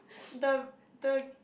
the the